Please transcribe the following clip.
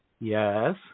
Yes